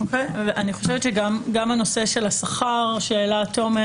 אני חושבת שגם הנושא שלה שכר שהעלה תומר,